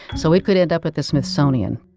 so it could end up at the smithsonian.